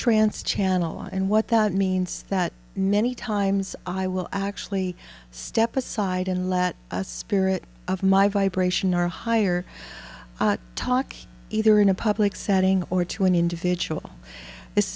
trance channel and what that means that many times i will actually step aside and let a spirit of my vibration or higher talk either in a public setting or to an individual this